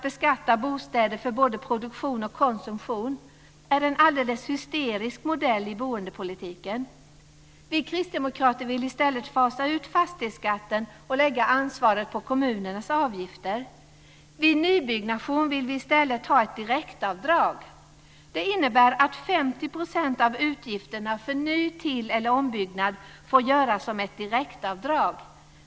Beskattning både av produktion och konsumtion av bostäder är ett alldeles hysteriskt inslag i boendepolitiken. Vi kristdemokrater vill i stället fasa ut fastighetsskatten och lägga ansvaret på kommunerna, som tar ut avgifter. Vid nybyggnation vill vi ha ett direktavdrag. Det innebär att 50 % av utgifterna för ny-, tilleller ombyggnad får dras av direkt.